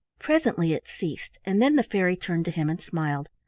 presently it ceased and then the fairy turned to him and smiled.